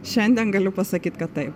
šiandien galiu pasakyt kad taip